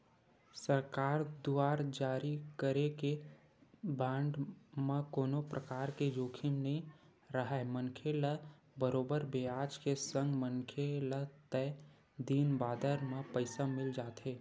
सरकार दुवार जारी करे गे बांड म कोनो परकार के जोखिम नइ राहय मनखे ल बरोबर बियाज के संग मनखे ल तय दिन बादर म पइसा मिल जाथे